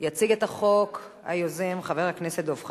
אני קובעת שהצעת החוק עברה בקריאה